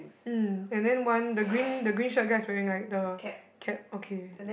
um and then one the green the green shirt guy is wearing like the cap okay